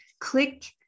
click